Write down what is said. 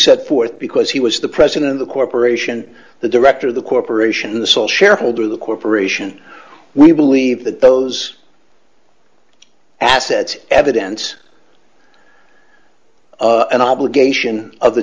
set forth because he was the president of the corporation the director of the corporation the sole shareholder the corporation we believe that those assets evidence of an obligation of the